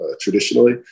traditionally